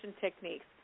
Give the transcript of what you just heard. techniques